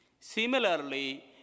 Similarly